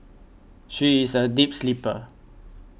she is a deep sleeper